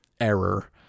error